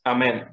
Amen